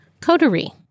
Coterie